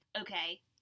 okay